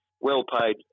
well-paid